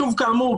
כאמור,